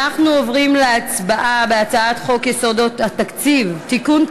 אנחנו עוברים להצבעה על הצעת חוק יסודות התקציב (תיקון,